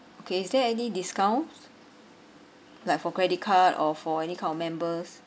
okay is there any discount like for credit card or for any kind of members